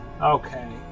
Okay